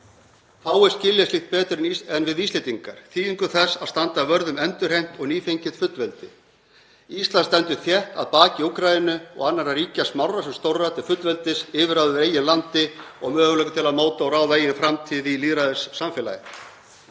Fáir skilja betur en við Íslendingar þýðingu þess að standa vörð um endurheimt og nýfengið fullveldi. Ísland stendur þétt að baki Úkraínu og annarra ríkja smárra sem stórra til fullveldis, yfirráða yfir eigin landi og möguleika til að móta og ráða eigin framtíð í lýðræðissamfélagi.